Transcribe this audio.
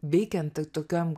veikiant tokiam